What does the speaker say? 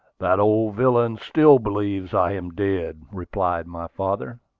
that old villain still believes i am dead, replied my father.